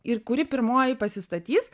ir kuri pirmoji pasistatys